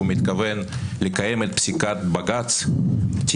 מתכוון לקיים את פסיקת בג"ץ בעניין אריה דרעי,